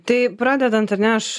tai pradedant ar ne aš